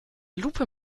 lupe